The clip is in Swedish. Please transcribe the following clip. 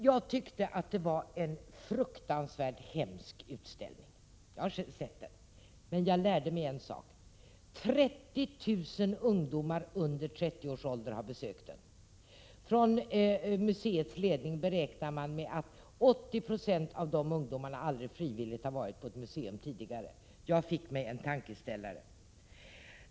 Jag tyckte att den var en fruktansvärt hemsk utställning — jag har själv sett den — men jag lärde mig en sak: 30 000 ungdomar under 30 års ålder har besökt den. Museets ledning beräknar att 80 90 av de ungdomarna aldrig frivilligt har varit på ett museum tidigare. Jag fick mig en tankeställare!